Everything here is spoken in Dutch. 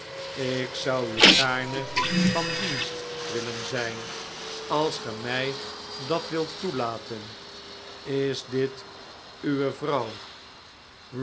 ik zou u gaarne van dienst willen zijn als ge mij dat wilt toelaten is dit uwe vrouw